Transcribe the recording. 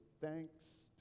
thanks